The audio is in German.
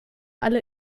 alle